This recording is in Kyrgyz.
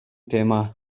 тема